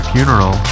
Funeral